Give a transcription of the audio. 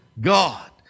God